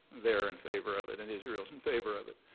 they're in favor of it. and israel's in favor of it.